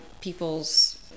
people's